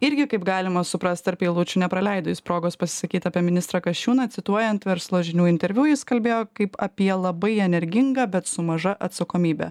irgi kaip galima suprast tarp eilučių nepraleido jis progos pasisakyt apie ministrą kasčiūną cituojant verslo žinių interviu jis kalbėjo kaip apie labai energingą bet su maža atsakomybe